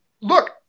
Look